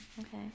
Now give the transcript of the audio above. Okay